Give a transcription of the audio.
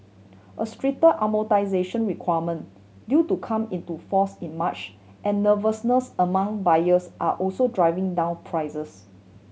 a stricter amortisation requirement due to come into force in March and nervousness among buyers are also driving down prices